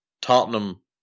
Tottenham